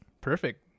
Perfect